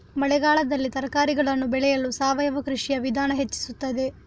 ಮಳೆಗಾಲದಲ್ಲಿ ತರಕಾರಿಗಳನ್ನು ಬೆಳೆಯಲು ಸಾವಯವ ಕೃಷಿಯ ವಿಧಾನ ಹೆಚ್ಚಿಸುತ್ತದೆ?